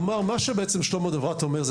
מה ששלמה דוברת בעצם אומר,